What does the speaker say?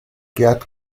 gerd